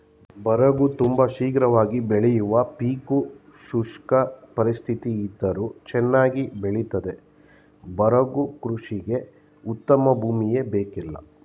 ಬರಗು ತುಂಬ ಶೀಘ್ರವಾಗಿ ಬೆಳೆಯುವ ಪೀಕು ಶುಷ್ಕ ಪರಿಸ್ಥಿತಿಯಿದ್ದರೂ ಚನ್ನಾಗಿ ಬೆಳಿತದೆ ಬರಗು ಕೃಷಿಗೆ ಉತ್ತಮ ಭೂಮಿಯೇ ಬೇಕಿಲ್ಲ